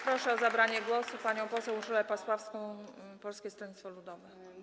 Proszę o zabranie głosu panią poseł Urszulę Pasławską, Polskie Stronnictwo Ludowe.